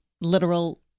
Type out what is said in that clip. literal